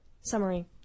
summary